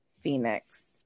Phoenix